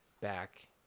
back